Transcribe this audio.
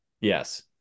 Yes